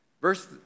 Verse